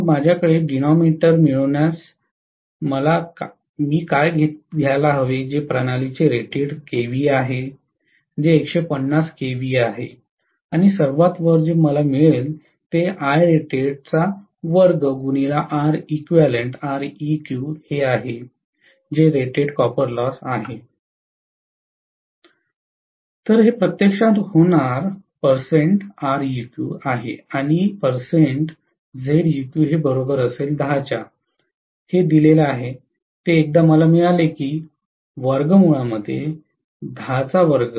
मग माझ्याकडे डिनॉमिनेटर मिळवण्यास सक्षम असावे जे प्रणालीचे रेटेड केव्हीए आहे जे 150 kVA आहे आणि सर्वात वर जे मला मिळेल ते आहे जे रेटेड कॉपर लॉस आहे तर हे प्रत्यक्षात होणार आहे आणि दिलेले आहे ते एकदा मला मिळाले की मी म्हणायला हवे